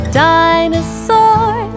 dinosaur